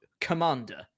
commander